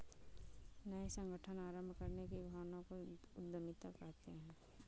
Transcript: नये संगठन आरम्भ करने की भावना को उद्यमिता कहते है